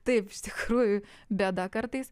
taip iš tikrųjų bėda kartais